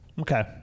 okay